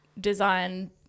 design